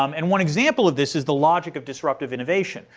um and one example of this is the logic of disruptive innovation,